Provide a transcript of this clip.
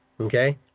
Okay